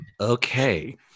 Okay